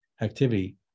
activity